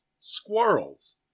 squirrels